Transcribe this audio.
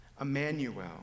Emmanuel